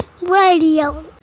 Radio